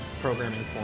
programming